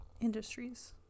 industries